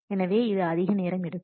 எனவே இது அதிக நேரம் எடுக்கும்